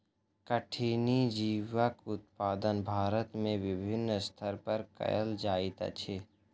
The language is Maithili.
कठिनी जीवक उत्पादन भारत में विभिन्न स्तर पर कयल जाइत अछि